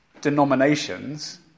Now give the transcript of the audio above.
denominations